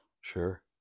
sure